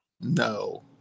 No